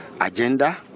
agenda